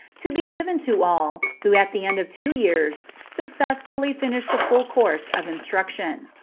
to be given to all, who at the end of two years successfully finished the full course of instruction.